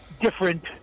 different